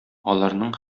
аларның